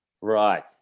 Right